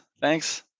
Thanks